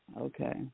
Okay